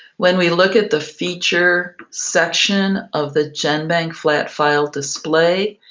when we look at the feature section of the genbank flat file display,